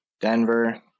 Denver